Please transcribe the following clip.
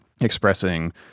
expressing